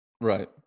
Right